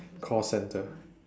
call centre